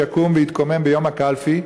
שיקום ויתקומם ביום הקלפי,